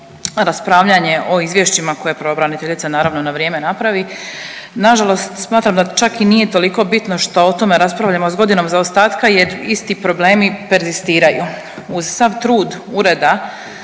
o izvješćima koje pravobraniteljica naravno na vrijeme napravi. Nažalost smatram da čak i nije toliko bitno što o tome raspravljamo s godinom zaostatka jer isti problemi perzistiraju. Uz sav trud Ureda